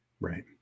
Right